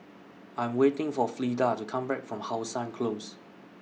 I'm waiting For Fleda to Come Back from How Sun Close